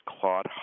Claude